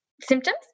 symptoms